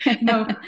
No